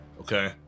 Okay